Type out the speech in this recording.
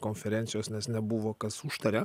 konferencijos nes nebuvo kas užtaria